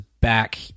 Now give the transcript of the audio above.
Back